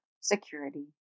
security